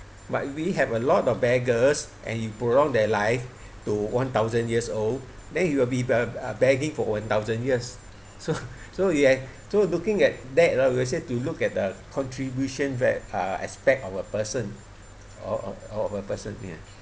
but we have a lot of beggars and you prolong their life to one thousand years old then he will be uh uh begging for one thousand years so so you had so looking at that ah we will say to look at the contribution va~ uh aspect of a person of of of a person ya